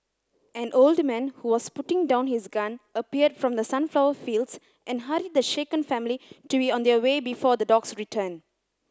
an old man who was putting down his gun appeared from the sunflower fields and hurried the shaken family to be on their way before the dogs return